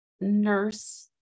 nurse